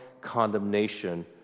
condemnation